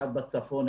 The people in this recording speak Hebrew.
אחד בצפון,